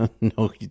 No